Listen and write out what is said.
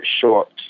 short